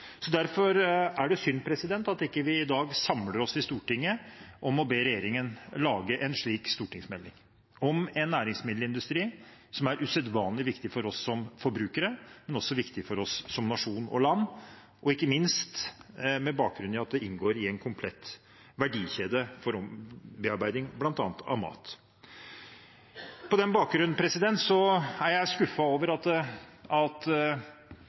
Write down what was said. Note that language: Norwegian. Derfor er det synd at vi i dag ikke samler oss i Stortinget om å be regjeringen lage en slik stortingsmelding – om en næringsmiddelindustri som er usedvanlig viktig for oss som forbrukere, men også for oss som nasjon og land, ikke minst med bakgrunn i at den inngår i en komplett verdikjede for bearbeiding av bl.a. mat. På den bakgrunnen er jeg skuffet over at